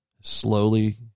slowly